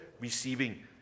receiving